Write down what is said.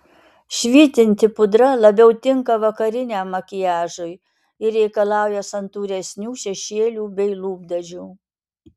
švytinti pudra labiau tinka vakariniam makiažui ir reikalauja santūresnių šešėlių bei lūpdažių